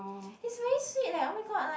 he's very sweet leh oh my god like